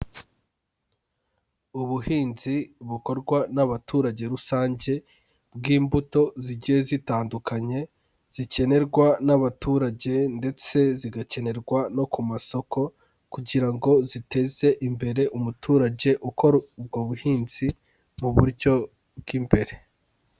Ubuhinzi bukorwa n'abaturage rusange bw'imbuto zigiye zitandukanye zikenerwa n'abaturage ndetse zigakenerwa no ku masoko kugira ngo ziteze imbere umuturage ukora ubwo buhinzi, mu buryo bw'imbere.